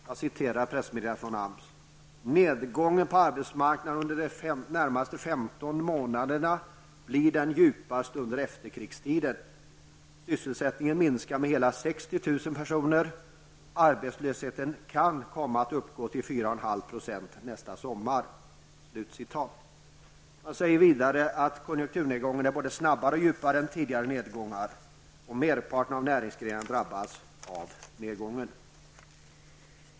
Jag citerar pressmeddelandet från ''Nedgången på arbetsmarknaden under de närmaste 15 månaderna blir den djupaste under efterkrigstiden. Sysselsättningen minskar med hela 60 000 personer. Arbetslösheten kan komma att uppgå till 4 1/2 procent nästa sommar.'' Man säger vidare att konjunkturnedgången är både snabbare och djupare än tidigare nedgångar. Merparten av näringsgrenarna drabbas av nedgången.